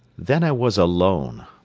then i was alone.